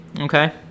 Okay